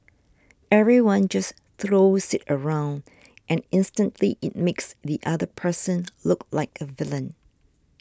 everyone just throws it around and instantly it makes the other person look like a villain